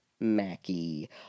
Mackie